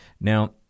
Now